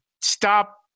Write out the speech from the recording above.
stop